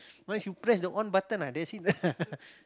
once you press the on button ah that's it ah